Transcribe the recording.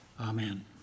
Amen